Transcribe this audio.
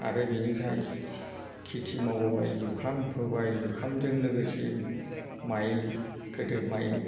आरो बेनिफ्राय खेथि मावबोबाय जुखाम फोबाय जुखामजों लोगोसे माइ गोदो माइ